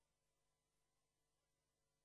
2,200 מבנים ב-2017,